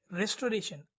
restoration